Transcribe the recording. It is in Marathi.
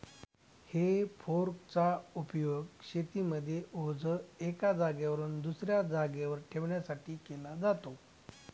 हे फोर्क चा उपयोग शेतीमध्ये ओझ एका जागेवरून दुसऱ्या जागेवर ठेवण्यासाठी केला जातो